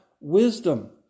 wisdom